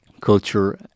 culture